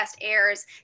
airs